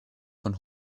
von